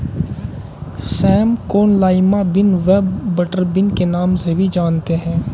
same को lima bean व butter bean के नाम से भी जानते हैं